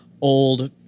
old